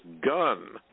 gun